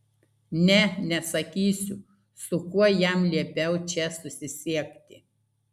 ne nesakysiu su kuo jam liepiau čia susisiekti